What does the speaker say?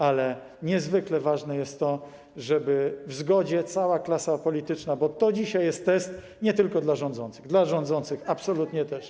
Ale niezwykle ważne jest to, żeby w zgodzie była cała klasa polityczna, bo to dzisiaj jest test, nie tylko dla rządzących, dla rządzących absolutnie też.